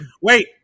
wait